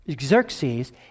Xerxes